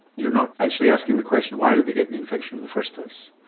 you're not actually asking the question why did they get the infection in the first place.